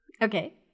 Okay